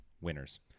Winners